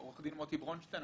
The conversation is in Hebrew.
עורך-דין מוטי ברונשטיין,